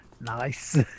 nice